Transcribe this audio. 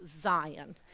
Zion